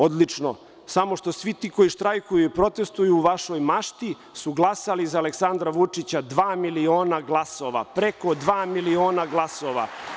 Odlično, samo što svi ti koji štrajkuju i koji protestvuju u vašoj mašti su glasali za Aleksandra Vučića, dva miliona glasova, preko dva miliona glasova.